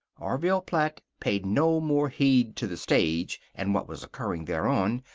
orville platt paid no more heed to the stage, and what was occurring thereon,